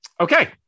Okay